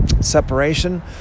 separation